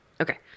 Okay